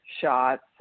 shots